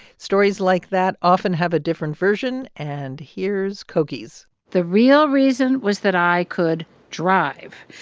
stories like that often have a different version. and here's cokie's the real reason was that i could drive.